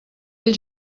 ell